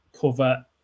cover